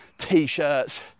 t-shirts